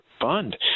fund